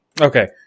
Okay